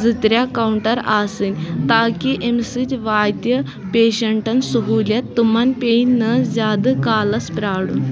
زٕ ترٛےٚ کاوٹر آسٕنۍ تاکہِ اَمہِ سۭتۍ واتہِ پیشنٛٹن سہوٗلیت تمن پیٚیہِ نہٕ زیادٕ کالَس پِیارُن